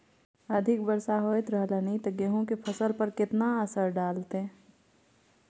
अधिक वर्षा होयत रहलनि ते गेहूँ के फसल पर केतना असर डालतै?